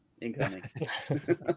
incoming